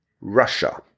Russia